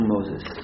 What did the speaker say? Moses